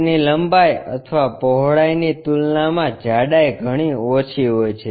તેની લંબાઈ અથવા પહોળાઈની તુલનામાં જાડાઈ ઘણી ઓછી હોય છે